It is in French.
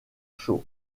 sow